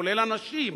כולל הנשים,